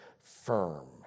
firm